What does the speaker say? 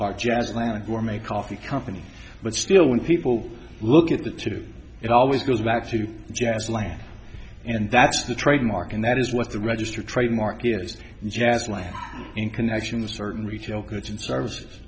jazz land form a coffee company but still when people look at the two it always goes back to jazz land and that's the trademark and that is what the registered trademark is jazz like in connection with certain retail goods and services